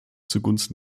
zugunsten